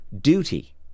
duty